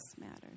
matters